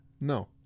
No